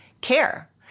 care